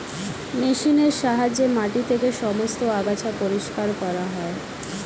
মেশিনের সাহায্যে মাটি থেকে সমস্ত আগাছা পরিষ্কার করা হয়